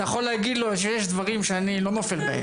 אתה יכול להגיד לו שיש דברים שאני לא נופל בהם.